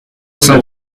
saint